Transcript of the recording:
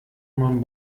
man